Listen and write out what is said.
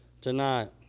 tonight